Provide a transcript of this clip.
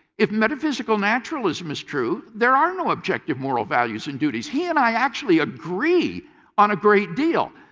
if metaphysical naturalism is true, there are no objective moral values and duties. he and i actually agree on a great deal.